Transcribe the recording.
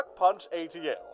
rockpunchatl